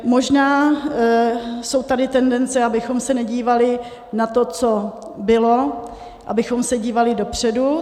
Možná jsou tady tendence, abychom se nedívali na to, co bylo, abychom se dívali dopředu.